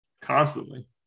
constantly